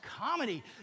comedy